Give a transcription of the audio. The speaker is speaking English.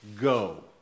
Go